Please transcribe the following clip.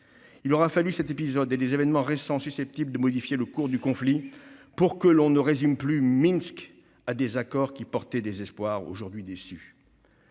Il aura fallu cet épisode et des événements récents susceptibles de modifier le cours du conflit pour que l'on ne résume plus Minsk à des accords porteurs d'espoirs, désormais déçus.